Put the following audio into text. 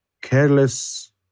careless